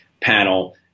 panel